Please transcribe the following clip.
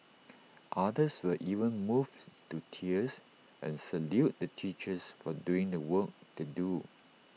others were even moved to tears and saluted the teachers for doing the work they do